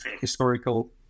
historical